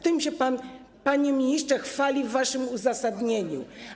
Tym się pan, panie ministrze, chwali w waszym uzasadnieniu.